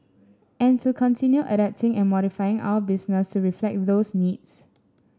and to continue adapting and modifying our business to reflect those needs